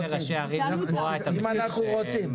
אם אנחנו רוצים.